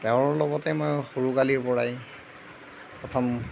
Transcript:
তেওঁৰ লগতে মই সৰু কালিৰ পৰাই প্ৰথম